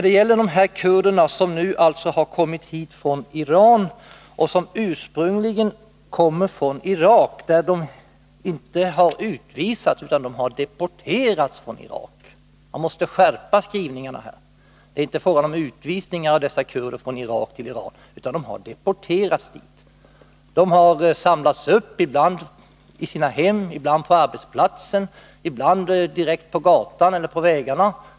De kurder som nu har kommit hit från Iran kommer ursprungligen från Irak. Men de har inte utvisats utan deporterats från Irak — man måste skärpa skrivningarna på den punkten. De har samlats upp, ibland i sina hem, ibland på arbetsplatserna, ibland direkt på gatorna eller vägarna.